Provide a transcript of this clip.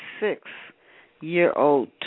six-year-old